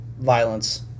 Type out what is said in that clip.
violence